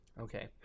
Okay